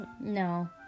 No